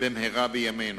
במהרה בימינו.